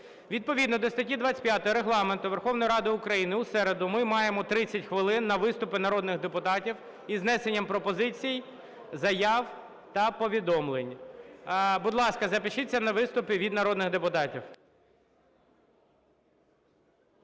Відповідно до статті 25 Регламенту Верховної Ради України у середу ми маємо 30 хвилин на виступи народних депутатів із внесенням пропозицій, заяв та повідомлень. Будь ласка, запишіться на виступи від народних депутатів.